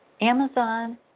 Amazon